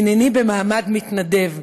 הנני במעמד מתנדב,